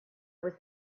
was